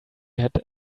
had